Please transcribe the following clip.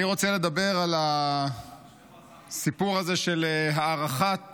אני רוצה לדבר על הסיפור הזה של הארכת